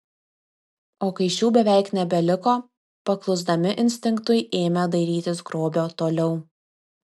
o kai šių beveik nebeliko paklusdami instinktui ėmė dairytis grobio toliau